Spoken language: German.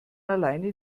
alleine